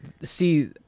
see